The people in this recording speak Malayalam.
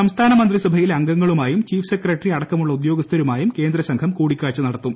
സംസ്ഥാന മന്ത്രിസഭയിലെ അംഗങ്ങളുമായും ചീഫ് സെക്രട്ടറി അടക്കമുള്ള ഉദ്യോഗസ്ഥരുമായും കേന്ദ്രസംഘം കൂടിക്കാഴ്ച നടത്തും